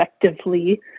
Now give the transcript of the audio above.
effectively